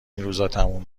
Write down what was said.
میشه